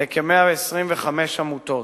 לכ-125 עמותות.